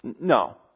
No